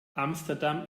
amsterdam